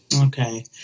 Okay